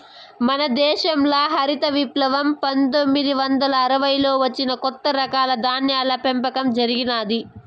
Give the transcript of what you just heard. మన దేశంల హరిత విప్లవం పందొమ్మిది వందల అరవైలలో వచ్చి కొత్త రకాల ధాన్యాల పెంపకం జరిగినాది